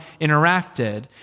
interacted